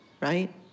right